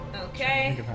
Okay